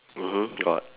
mmhmm got